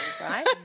right